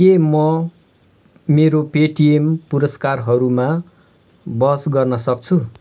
के म मेरो पेटिएम पुरस्कारहरूमा बहस गर्न सक्छु